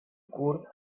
curt